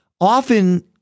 often